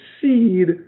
seed